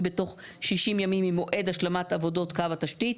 בתוך 60 ימים ממועד השלמת עבודות קו התשתית.